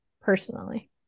personally